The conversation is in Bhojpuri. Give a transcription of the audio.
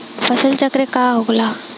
फसल चक्र का होला?